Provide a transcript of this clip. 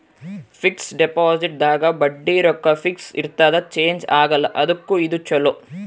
fix deposit ದಾಗ ಬಡ್ಡಿ ರೊಕ್ಕ ಫಿಕ್ಸ್ ಇರ್ತದ ಚೇಂಜ್ ಆಗಲ್ಲ ಅದುಕ್ಕ ಇದು ಚೊಲೊ